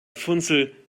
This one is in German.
funzel